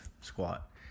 squat